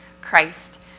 Christ